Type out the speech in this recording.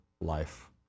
life